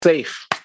Safe